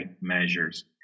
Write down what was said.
measures